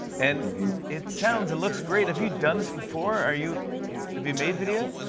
and it sounds and looks great. have you done this before? are you have you made videos?